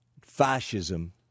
fascism